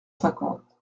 cinquante